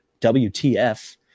WTF